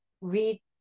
read